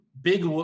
big